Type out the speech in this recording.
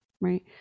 right